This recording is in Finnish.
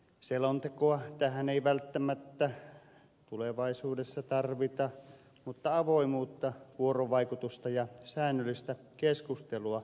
selontekoa tähän ei välttämättä tulevaisuudessa tarvita mutta avoimuutta vuorovaikutusta ja säännöllistä keskustelua ehdottomasti tarvitaan